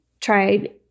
tried